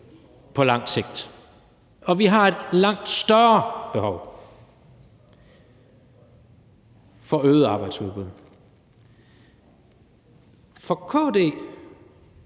på lang sigt. Og vi har et langt større behov for et øget arbejdsudbud. For KD